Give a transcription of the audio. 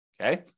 Okay